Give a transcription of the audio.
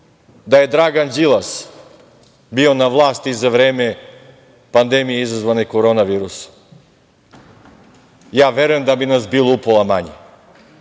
da je Dragan Đilas bio na vlasti za vreme pandemije izazvane korona virusom. Verujem da bi nas bilo upola manje.